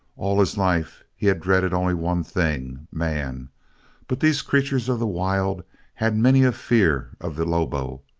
all his life he had dreaded only one thing man but these creatures of the wild had many a fear of the lobo,